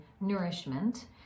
nourishment